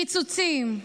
קיצוצים,